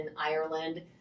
Ireland